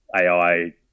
AI